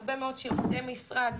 הרבה מאוד שירותי משרד,